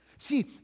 See